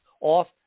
off